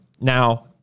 Now